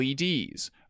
LEDs